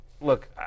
look